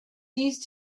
these